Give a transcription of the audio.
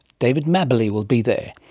david mabberley will be there.